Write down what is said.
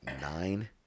nine